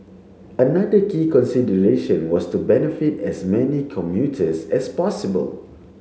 another key consideration was to benefit as many commuters as possible